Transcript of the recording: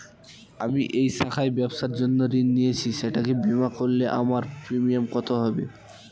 আমি এই শাখায় ব্যবসার জন্য ঋণ নিয়েছি সেটাকে বিমা করলে আমার প্রিমিয়াম কত হবে?